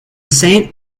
saint